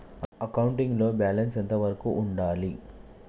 Accounting లో balance ఎంత వరకు ఉండాలి?